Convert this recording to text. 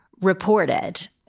reported